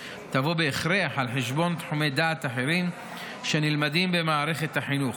בהכרח תבוא על חשבון תחומי דעת אחרים שנלמדים במערכת החינוך,